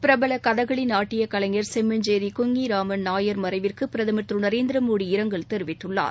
பிரபல கதகளி நாட்டியக் கலைஞர் செம்மஞ்சேரி குஞ்ஞிராமன் நாயர் மறைவிற்கு பிரதமர் திரு நரேந்திரமோடி இரங்கல் தெரிவித்துள்ளார்